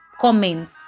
comment